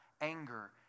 anger